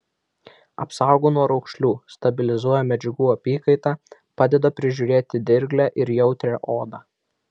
apsaugo nuo raukšlių stabilizuoja medžiagų apykaitą padeda prižiūrėti dirglią ir jautrią odą